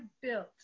built